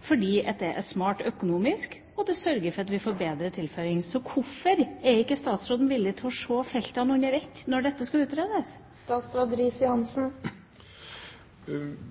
det, fordi det er smart økonomisk, og fordi det sørger for at vi får bedre tilføring. Hvorfor er ikke statsråden villig til å se feltene under ett når dette skal utredes? Det